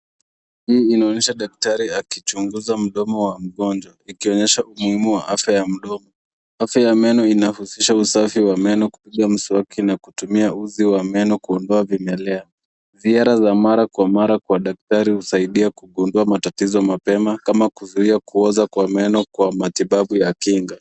Hii inaonyesha daktari akichunguza mdomo wa mgonjwa ikionyesha umuhimu wa afya ya mdomo. Afya ya meno inahusisha usafi wa meno, kupiga mswaki na kutumia uzi wa meno kuondoa vimelea. Ziara za mara kwa mara kwa daktari husaidia kugundua matatizo mapema kama kuzuia kuoza kwa meno kwa matibabu ya kinga.